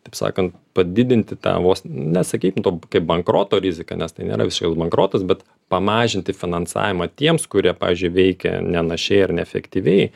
taip sakant padidinti tą vos nesakytum kaip bankroto riziką nes tai nėra visiškas bankrotas bet pamažinti finansavimą tiems kurie pavyzdžiui veikia nenašiai ar neefektyviai